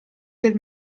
del